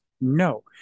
No